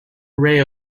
array